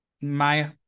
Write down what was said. Maya